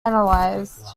analysed